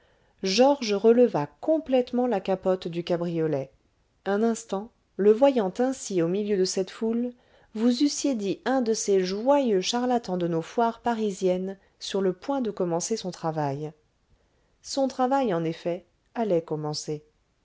georges releva complètement la capote du cabriolet un instant le voyant ainsi au milieu de cette foule vous eussiez dit un de ces joyeux charlatans de nos foires parisiennes sur le point de commencer son travail son travail en effet allait commencer